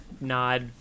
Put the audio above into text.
nod